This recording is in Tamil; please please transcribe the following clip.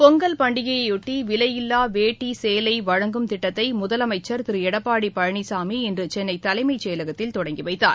பொங்கல் பண்டிகையையொட்டி விலையில்லா வேட்டி சேலை வழங்கும் திட்டத்தை முதலமைச்சர் திரு எடப்பாடி பழனிசாமி இன்று சென்னை தலைமைச்செயலகத்தில் தொடங்கிவைத்தார்